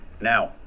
Now